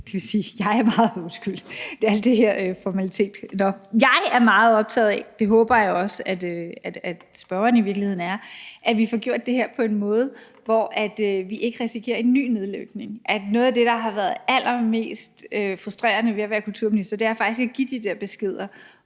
er meget optaget af – undskyld, det er alt det her med formaliteter: Jeg er meget optaget af, og det håber jeg i virkeligheden også at spørgeren er, at vi får gjort det her på en måde, hvor vi ikke risikerer en ny nedlukning. Noget af det, der har været allermest frustrerende ved at være kulturminister, er faktisk at give de der beskeder